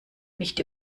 nicht